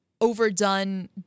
overdone